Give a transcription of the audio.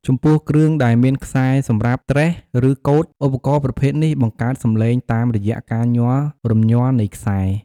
ចំពោះគ្រឿងដែលមានខ្សែសម្រាប់ត្រេះ ឬកូត ឧបករណ៍ប្រភេទនេះបង្កើតសំឡេងតាមរយៈការញ័ររំញ័រនៃខ្សែ។